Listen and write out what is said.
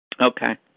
Okay